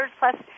plus